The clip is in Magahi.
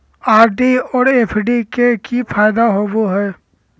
आर.डी और एफ.डी के की फायदा होबो हइ?